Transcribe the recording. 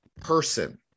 person